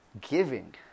Giving